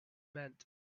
meant